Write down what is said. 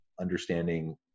understanding